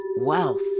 wealth